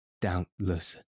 Doubtless